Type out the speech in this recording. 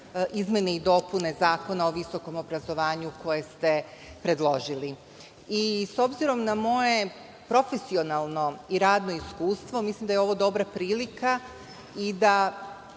izmene i dopune Zakona o visokom obrazovanju koje ste predložili.S obzirom na moje profesionalno i radno iskustvo, mislim da je ovo dobra prilika i da